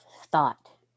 thought